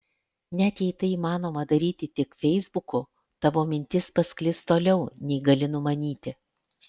net jei tai įmanoma daryti tik feisbuku tavo mintis pasklis toliau nei gali numanyti